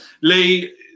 Lee